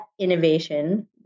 innovation